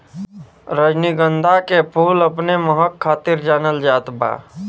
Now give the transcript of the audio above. रजनीगंधा के फूल अपने महक खातिर जानल जात बा